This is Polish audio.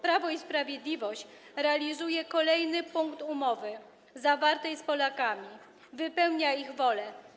Prawo i Sprawiedliwość realizuje kolejny punkt umowy zawartej z Polakami, słucha ich i wypełnia ich wolę.